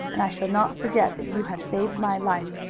and i shall not forget that you have saved my life.